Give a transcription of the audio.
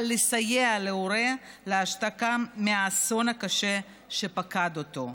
לסייע להורה להשתקם מהאסון הקשה שפקד אותו.